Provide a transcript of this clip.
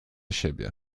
siebie